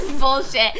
bullshit